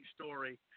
story